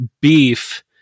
beef